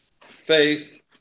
faith